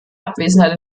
abwesenheit